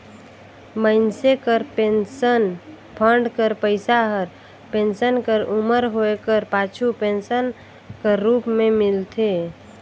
मइनसे कर pension fund कर पइसा हर पेंसन कर उमर होए कर पाछू पेंसन कर रूप में मिलथे